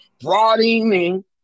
broadening